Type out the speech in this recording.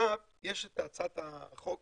יש את החוק